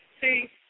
See